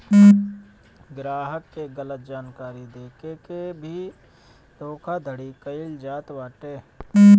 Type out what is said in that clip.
ग्राहक के गलत जानकारी देके के भी धोखाधड़ी कईल जात बाटे